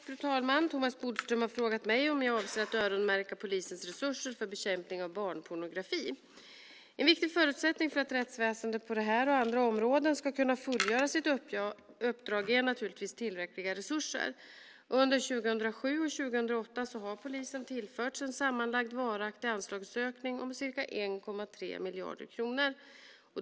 Fru talman! Thomas Bodström har frågat mig om jag avser att öronmärka polisens resurser för bekämpning av barnpornografi. En viktig förutsättning för att rättsväsendet på det här och andra områden ska kunna fullgöra sitt uppdrag är naturligtvis tillräckliga resurser. Under 2007 och 2008 har polisen tillförts en sammanlagd varaktig anslagsökning om ca 1,3 miljarder kronor.